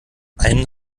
einen